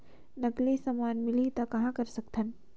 नकली समान मिलही त कहां कर सकथन?